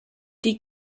die